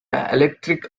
electric